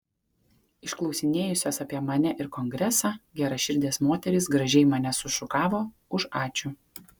išklausinėjusios apie mane ir kongresą geraširdės moterys gražiai mane sušukavo už ačiū